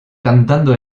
cantando